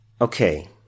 Okay